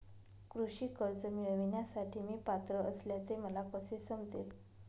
कृषी कर्ज मिळविण्यासाठी मी पात्र असल्याचे मला कसे समजेल?